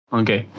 okay